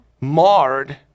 marred